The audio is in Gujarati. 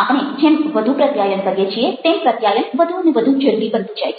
આપણે જેમ વધુ પ્રત્યાયન કરીએ છીએ તેમ પ્રત્યાયન વધુને વધુ જરૂરી બનતું જાય છે